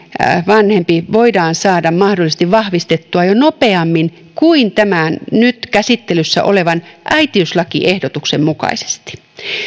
vanhempi voidaan saada mahdollisesti vahvistettua jo nopeammin kuin tämän nyt käsittelyssä olevan äitiyslakiehdotuksen mukaisesti